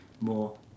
more